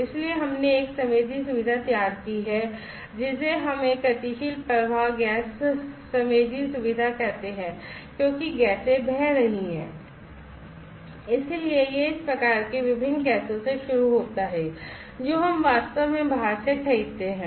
इसलिए हमने एक संवेदी सुविधा तैयार की है जिसे हम एक गतिशील प्रवाह गैस संवेदी सुविधा कहते हैं क्योंकि गैसें बह रही हैं इसलिए यह इस प्रकार की विभिन्न गैसों से शुरू होता है जो हम वास्तव में बाहर से खरीदते हैं